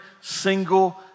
single